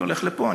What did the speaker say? אני הולך לפה,